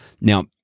Now